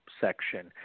section